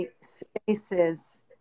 spaces